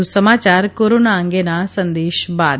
વધુ સમાચાર કોરોના અંગેના આ સંદેશ બાદ